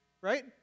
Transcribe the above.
right